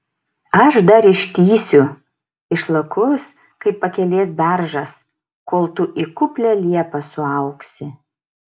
aš dar ištįsiu išlakus kaip pakelės beržas kol tu į kuplią liepą suaugsi